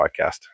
Podcast